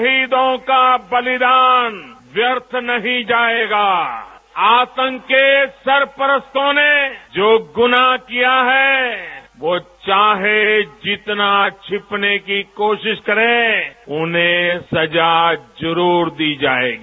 शहीदों का बलिदान व्यर्थ नहीं जाएगा आतंक के सरपरस्तों ने जो गुनाह किया है वो चाहे जितना छिपने की कोशिश करें उन्हें सजा जरूर दी जाएगी